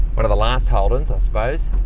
one of the last holdens i suppose.